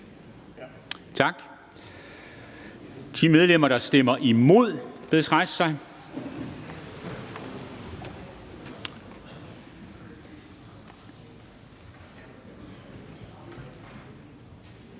Tak. De medlemmer, der stemmer imod, bedes rejse sig.